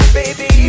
baby